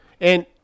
And-